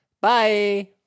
bye